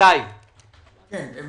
מתי יהיה אישור?